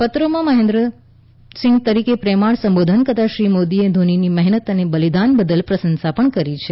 પત્રમાં મહેન્દ્ર તરીકે પ્રેમાળ સંબોધન કરતાં શ્રી મોદીએ ધોનીની મહેનત અને બલિદાન બદલ પ્રશંસા પણ કરી છે